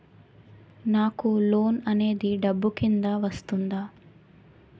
నాకు లోన్ అనేది డబ్బు కిందా వస్తుందా?